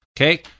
Okay